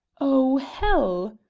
oh, hell!